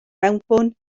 mewnbwn